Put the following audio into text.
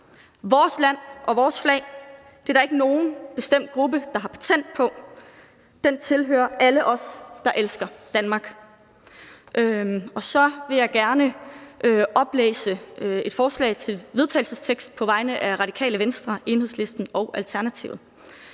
Vores land og vores flag er der ikke nogen bestemt gruppe der har patent på. Det tilhører alle os, der elsker Danmark. Så vil jeg gerne på vegne af Radikale Venstre, Enhedslisten og Alternativet